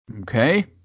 Okay